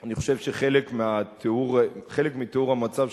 אני חושב שחלק מתיאור המצב של